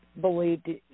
believed